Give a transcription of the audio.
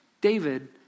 David